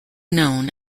known